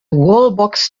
wallbox